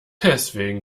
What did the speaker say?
deswegen